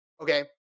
Okay